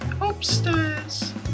upstairs